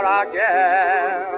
again